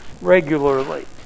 regularly